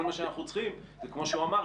כל מה שאנחנו צריכים זה כמו שהוא אמר,